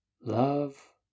Love